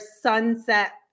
sunset